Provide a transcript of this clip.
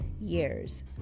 Years